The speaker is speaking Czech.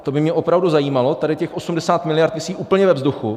To by mě opravdu zajímalo, tady těch 80 miliard visí úplně ve vzduchu.